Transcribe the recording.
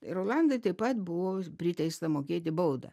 ir rolandui taip pat buvo priteista mokėti baudą